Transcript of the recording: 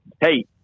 Hey